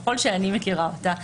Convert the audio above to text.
ככל שאני מכירה אותה,